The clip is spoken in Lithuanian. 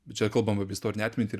bet čia kalbam apie istorinę atmintį ir